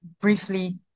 briefly